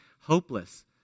hopeless